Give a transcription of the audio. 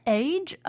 age